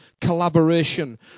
collaboration